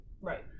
right